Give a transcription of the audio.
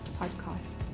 podcasts